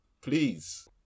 please